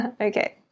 Okay